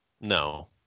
no